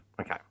Okay